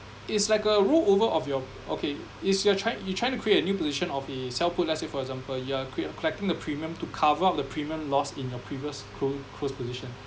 it's like a rollover of your okay is you're try you're trying to create a new position of the sell put let's say for example you're collecting the premium to cover up the premium lost in your previous close close position